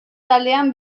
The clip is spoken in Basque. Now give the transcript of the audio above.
taldean